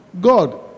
God